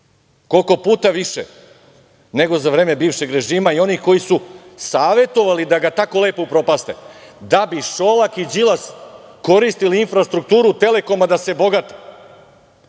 koliko puta više, nego za vreme bivšeg režima i onog koji su ga savetovali da ga tako lepo upropaste, da bi Šolak i Đilas, koristili infrastrukturu Telekoma da se bogate. Idemo